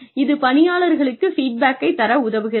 இது பணியாளர்களுக்கு ஃபீட்பேக்கை தர உதவுகிறது